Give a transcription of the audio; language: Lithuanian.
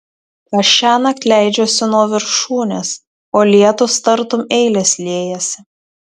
aš šiąnakt leidžiuosi nuo viršūnės o lietūs tartum eilės liejasi